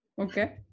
okay